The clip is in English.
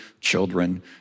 children